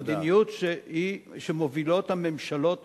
מהמדיניות שמובילות הממשלות